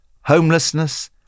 homelessness